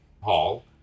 hall